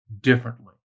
differently